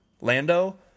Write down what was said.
Lando